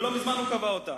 ולא מזמן הוא קבע אותה.